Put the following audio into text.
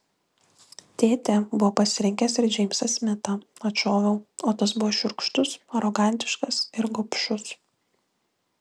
tėtė buvo pasirinkęs ir džeimsą smitą atšoviau o tas buvo šiurkštus arogantiškas ir gobšus